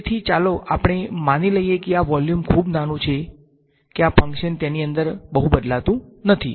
તેથી ચાલો આપણે માની લઈએ કે આ વોલ્યુમ ખૂબ નાનું છે કે આ ફંક્શન તેની અંદર બહુ બદલાતું નથી